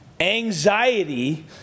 Anxiety